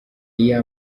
iyo